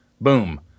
boom